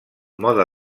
mode